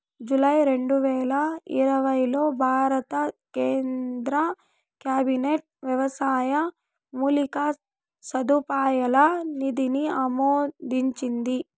July రెండువేల ఇరవైలో భారత కేంద్ర క్యాబినెట్ వ్యవసాయ మౌలిక సదుపాయాల నిధిని ఆమోదించింది